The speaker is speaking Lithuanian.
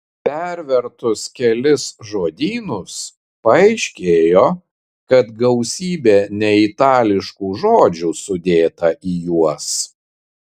pervertus kelis žodynus paaiškėjo kad gausybė neitališkų žodžių sudėta į juos